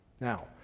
Now